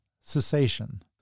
cessation